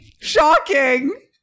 Shocking